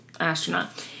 astronaut